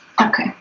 Okay